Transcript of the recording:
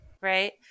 Right